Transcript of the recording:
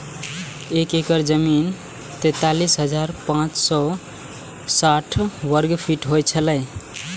एक एकड़ जमीन तैंतालीस हजार पांच सौ साठ वर्ग फुट होय छला